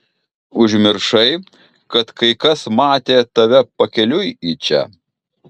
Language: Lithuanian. užmiršai kad kai kas matė tave pakeliui į čia